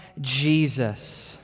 Jesus